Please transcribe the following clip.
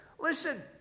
listen